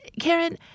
Karen